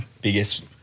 biggest